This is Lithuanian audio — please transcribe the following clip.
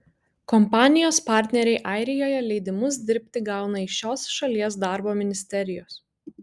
kompanijos partneriai airijoje leidimus dirbti gauna iš šios šalies darbo ministerijos